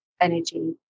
energy